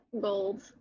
gold